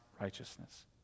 righteousness